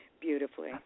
beautifully